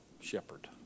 shepherd